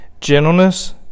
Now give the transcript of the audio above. gentleness